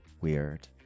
weird